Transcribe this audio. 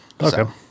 Okay